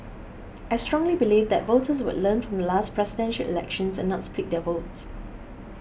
I strongly believe that voters would learn from the last Presidential Elections and not split their votes